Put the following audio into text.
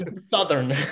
Southern